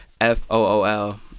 F-O-O-L